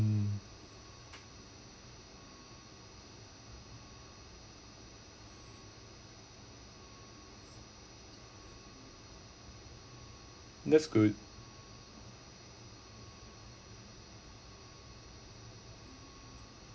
that's good